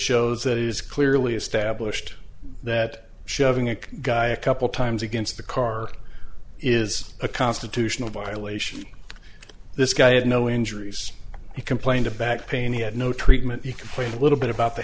shows that it is clearly established that shoving a guy a couple times against the car is a constitutional violation this guy had no injuries he complained of back pain he had no treatment he complained a little bit about the